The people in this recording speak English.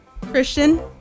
Christian